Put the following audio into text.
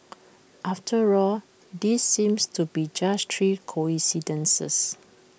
after all these seem to be just three coincidences